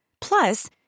Plus